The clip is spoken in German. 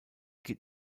geht